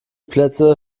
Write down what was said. plätze